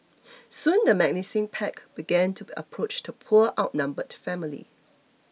soon the menacing pack began to approach the poor outnumbered family